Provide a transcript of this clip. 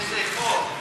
באיזה חוק?